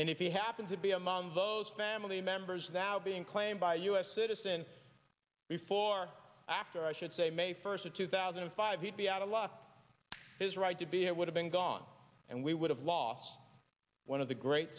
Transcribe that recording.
and if you happen to be among those family members out being claimed by u s citizens before after i should say may first of two thousand and five he'd be out of luck his right to be here would have been gone and we would have lost one of the great